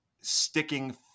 sticking